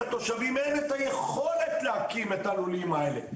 לתושבים אין את היכולת להקים את הלולים האלה,